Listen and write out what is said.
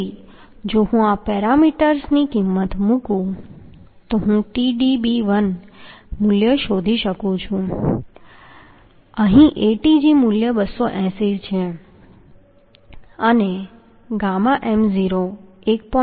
તેથી જો હું પેરામીટર્સની કિંમત મૂકું તો હું Tdb1 મૂલ્ય શોધી શકું છું અહીં Atg મૂલ્ય 280 છે અને ગામા m0 1